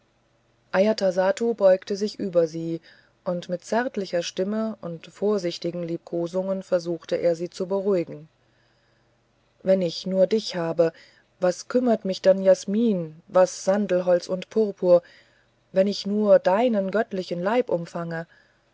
ajatasattu beugte sich über sie und mit zärtlicher stimme und vorsichtigen liebkosungen versuchte er sie zu beruhigen wenn ich nur dich habe was kümmert mich dann jasmin was sandelholz und purpur wenn ich nur deinen göttergleichen leib umfange